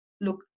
Look